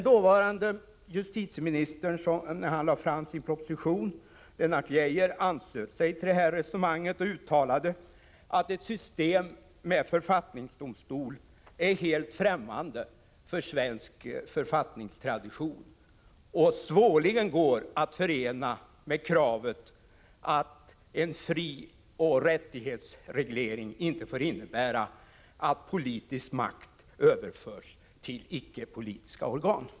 Dåvarande justitieministern Lennart Geijer anslöt sig, när han lade fram sin proposition, till det här resonemanget och uttalade att ett system med författningsdomstolar är helt främmande för svensk författningstradition och svårligen går att förena med kravet att en frioch rättighetsreglering inte får innebära att politisk makt överförs till icke-politiska organ.